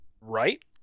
right